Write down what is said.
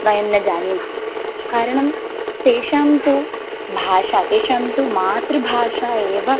वयं न जानीमः कारणं तेषां तु भाषा तेषां तु मातृभाषा एव